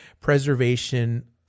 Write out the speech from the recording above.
preservation